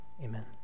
amen